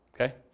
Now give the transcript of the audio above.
Okay